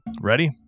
Ready